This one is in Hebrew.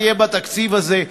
תהיה בתקציב הזה.